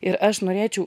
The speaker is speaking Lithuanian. ir aš norėčiau